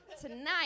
tonight